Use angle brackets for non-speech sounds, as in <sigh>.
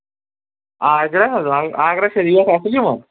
آگرہ حظ <unintelligible> آگرہ چھِ ریٹ اَصٕل یِوان